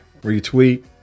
retweet